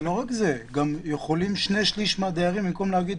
זה לא רק זה, גם שני-שליש מהדיירים יכולים להגיד